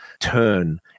turn